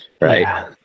Right